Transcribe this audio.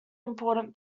important